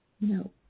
no